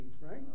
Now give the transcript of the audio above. right